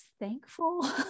thankful